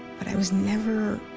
but i was never.